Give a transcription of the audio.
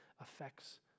affects